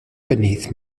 beneath